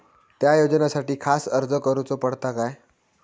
त्या योजनासाठी खास अर्ज करूचो पडता काय?